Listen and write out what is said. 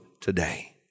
today